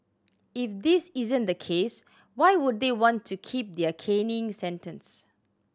if this isn't the case why would they want to keep their caning sentence